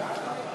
את